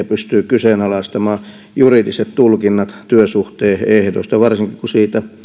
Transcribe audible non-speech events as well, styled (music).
(unintelligible) pystyy kyseenalaistamaan juridiset tulkinnat työsuhteen ehdoista ja varsinkin kun siitä